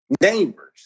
neighbors